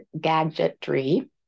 gadgetry